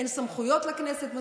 אין מספיק סמכויות לכנסת,